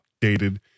updated